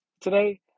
Today